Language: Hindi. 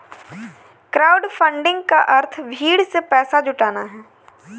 क्राउडफंडिंग का अर्थ भीड़ से पैसा जुटाना है